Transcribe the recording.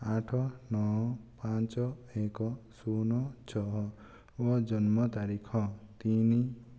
ଆଠ ନଅ ପାଞ୍ଚ ଏକ ଶୂନ ଛଅ ଓ ଜନ୍ମ ତାରିଖ ତିନି